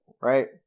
Right